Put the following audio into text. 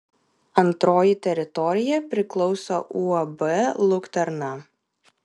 antroji teritorija priklauso uab luktarna